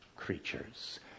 creatures